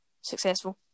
successful